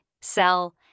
sell